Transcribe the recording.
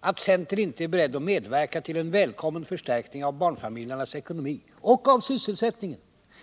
att centern inte är beredd medverka till en välkommen förstärkning av barnfamiljernas ekonomi och av sysselsättningen.